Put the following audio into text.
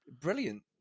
brilliant